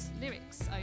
lyrics